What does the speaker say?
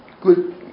good